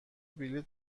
بلیط